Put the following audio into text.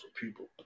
people